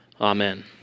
Amen